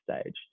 stage